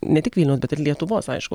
ne tik vilniaus bet ir lietuvos aišku